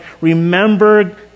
Remember